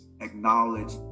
acknowledge